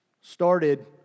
started